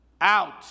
out